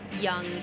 young